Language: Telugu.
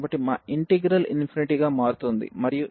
కాబట్టి మా ఇంటిగ్రల్గా మారుతోంది మరియు ఇది ∞∞